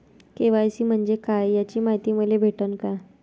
KYC म्हंजे काय याची मायती मले भेटन का?